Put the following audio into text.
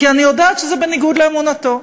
כי אני יודעת שזה בניגוד לאמונתו.